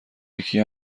یکی